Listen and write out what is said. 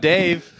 Dave